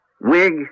Wig